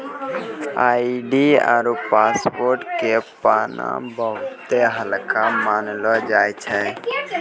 ID आरु password के पाना बहुते हल्का मानलौ जाय छै